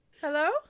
Hello